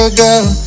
girl